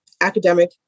academic